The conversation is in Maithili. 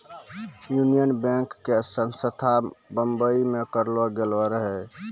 यूनियन बैंक के स्थापना बंबई मे करलो गेलो रहै